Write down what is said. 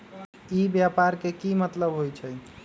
ई व्यापार के की मतलब होई छई?